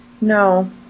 no